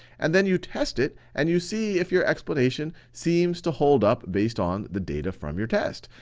and then you test it, and you see if your explanation seems to hold up based on the data from your test.